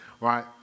right